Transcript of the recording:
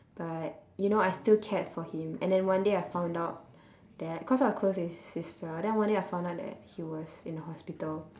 but you know I still cared for him and then one day I found out that cause I was close with his sister then one day I found out that he was in the hospital